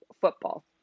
football